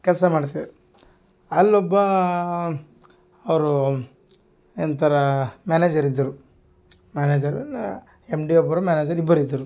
ಕೆಲಸ ಮಾಡ್ತೆ ಅಲ್ಲೊಬ್ಬ ಅವರು ಎಂತರ ಮ್ಯಾನೇಜರ್ ಇದ್ರು ಮ್ಯಾನೇಜರು ಎಮ್ ಡಿ ಒಬ್ರು ಮ್ಯಾನೇಜರ್ ಇಬ್ರು ಇದ್ರು